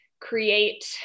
create